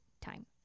time